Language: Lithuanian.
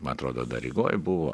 man atrodo dar rygoj buvo